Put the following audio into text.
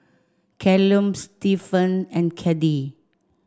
Callum Stephan and Caddie